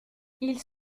ils